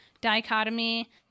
Dichotomy